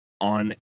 on